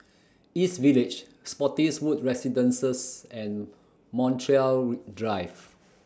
East Village Spottiswoode Residences and Montreal Drive